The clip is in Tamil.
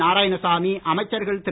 நாராயணசாமி அமைச்சர்கள் திரு